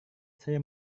saya